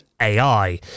AI